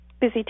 busy